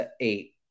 eight